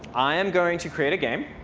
i am going to create a game,